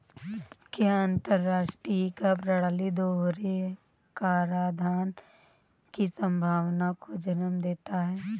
क्या अंतर्राष्ट्रीय कर प्रणाली दोहरे कराधान की संभावना को जन्म देता है?